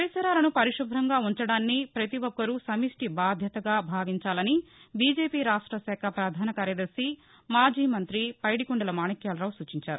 పరిసరాలను పరిశుభ్రంగా ఉంచడాన్ని పతి ఒక్కరూ సమిష్టి బాధ్యతగా భావించాలని బీజెపి రాష్టశాఖ ప్రధాన కార్యదర్శి మాజీ మంతి పైదికొండల మాణిక్యాలరావు సూచించారు